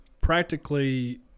Practically